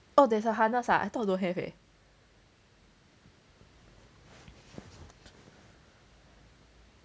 oh there's a harness ah I thought don't have eh